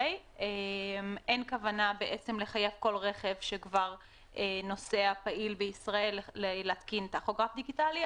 אין כוונה לחייב כל רכב שכבר נוסע פעיל בישראל להתקין טכוגרף דיגיטלי.